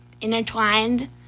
intertwined